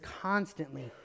constantly